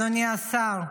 אדוני השר,